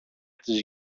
της